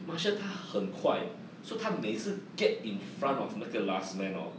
marshall 他很快 so 他每次 get in front of 那个 last man orh